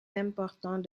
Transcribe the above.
importants